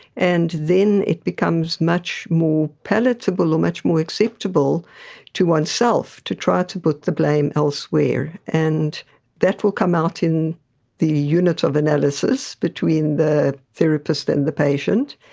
and then it becomes much more palatable or much more acceptable to oneself to try to put the blame elsewhere, and that will come out in the unit of analysis between the therapist and the patient.